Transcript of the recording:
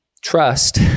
trust